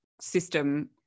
system